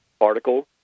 Article